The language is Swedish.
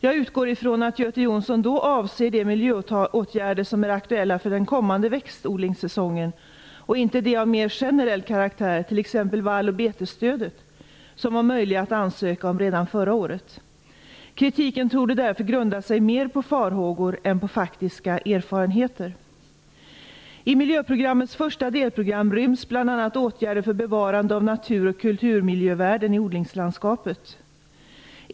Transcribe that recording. Jag utgår från att Göte Jonsson då avser de miljöåtgärder som är aktuella för den kommande växtodlingssäsongen och inte åtgärder av mer generell karaktär, t.ex. vall och betesstöden som var möjliga att ansöka om redan förra året. Kritiken torde därför grunda sig mer på farhågor än på faktiska erfarenheter. I miljöprogrammets första delprogram ryms bl.a. åtgärder för bevarande av natur och kulturmiljövärden i odlingslandskapet.